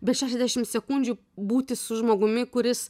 bet šešiasdešimt sekundžių būti su žmogumi kuris